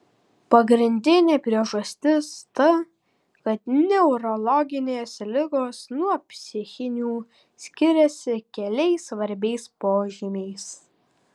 pagrindinė priežastis ta kad neurologinės ligos nuo psichinių skiriasi keliais svarbiais požymiais